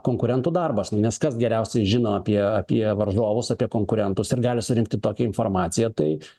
konkurentų darbas nes kas geriausiai žino apie apie varžovus apie konkurentus ir gali surinkti tokią informaciją tai